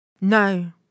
No